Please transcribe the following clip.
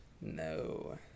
No